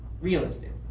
realistic